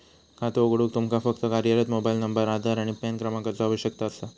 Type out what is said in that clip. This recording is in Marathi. खातो उघडूक तुमका फक्त कार्यरत मोबाइल नंबर, आधार आणि पॅन क्रमांकाचो आवश्यकता असा